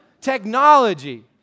technology